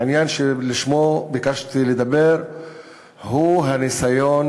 העניין שלשמו ביקשתי לדבר הוא הניסיון